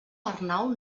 arnau